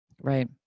right